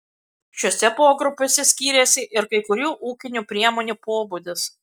šiuose pogrupiuose skiriasi ir kai kurių ūkinių priemonių pobūdis